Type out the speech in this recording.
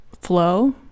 flow